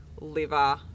liver